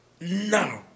no